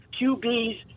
QBs